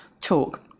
talk